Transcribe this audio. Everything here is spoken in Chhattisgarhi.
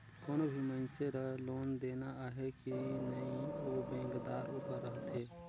कोनो भी मइनसे ल लोन देना अहे कि नई ओ बेंकदार उपर रहथे